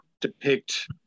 depict